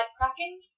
cracking